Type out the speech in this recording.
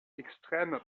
extrême